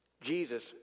Jesus